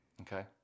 Okay